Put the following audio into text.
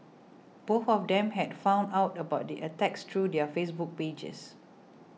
both of them had found out about the attacks through their Facebook pages